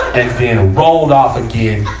and then rolled off again